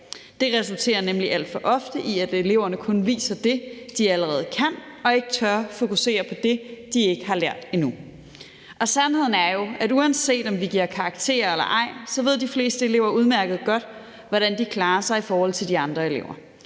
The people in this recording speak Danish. Det resulterer nemlig alt for ofte i, at eleverne kun viser det, de allerede kan, og ikke tør fokusere på det, de ikke har lært endnu. Sandheden er jo, at uanset om vi giver karakterer eller ej, ved de fleste elever godt, hvordan de klarer sig i forhold til de andre elever,